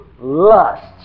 lust